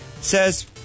says